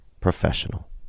professional